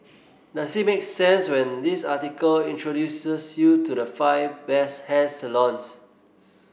does it make sense when this article introduces you to the five best hair salons